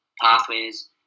pathways